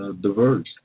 diverse